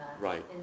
Right